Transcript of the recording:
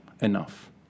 enough